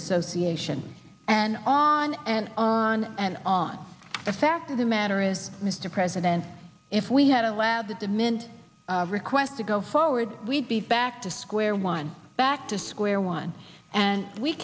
association and on and on and on the fact of the matter is mr president if we had a lab at the mint request to go forward we'd be back to square one back to square one and we